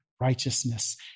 righteousness